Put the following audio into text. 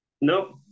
Nope